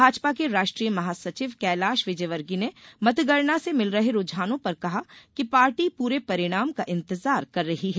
भाजपा के राष्ट्रीय महासचिव कैलाश विजयवर्गीय ने मतगणना से मिल रहे रुझानों पर कहा कि पार्टी पूरे परिणाम का इंतजार कर रही है